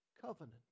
covenant